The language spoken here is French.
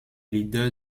leaders